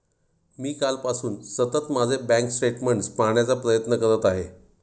मी कालपासून सतत माझे बँक स्टेटमेंट्स पाहण्याचा प्रयत्न करत आहे